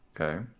Okay